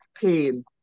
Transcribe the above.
pain